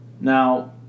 Now